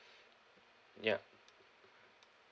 ya